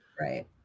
Right